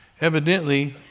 Evidently